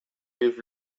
with